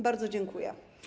Bardzo dziękuję.